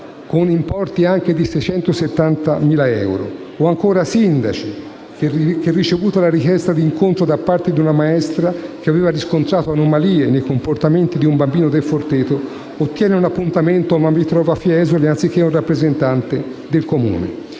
con importi anche di 670.000 euro, o ancora il sindaco cui era giunta la richiesta di incontro da parte di una maestra che aveva riscontrato anomalie nei comportamenti di un bambino del Forteto, che ottenne un appuntamento ma vi trovò Fiesoli anziché un rappresentante del Comune.